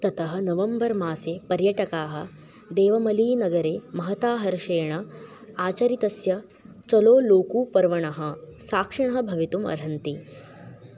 ततः नवम्बर् मासे पर्यटकाः देवमलीनगरे महता हर्षेण आचरितस्य चलो लोकू पर्वणः साक्षिणः भवितुम् अर्हन्ति